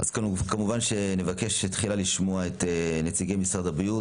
נבקש תחילה לשמוע את נציגי משרד הבריאות,